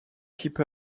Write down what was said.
keep